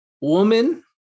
woman